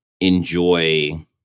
enjoy